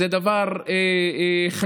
זה דבר חשוב,